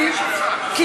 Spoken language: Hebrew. פחדתי שיישמעו בוועדה,